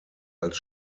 als